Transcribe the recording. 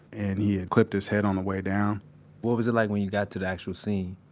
and he had clipped his head on the way down what was it like when you got to the actual scene?